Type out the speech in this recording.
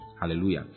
Hallelujah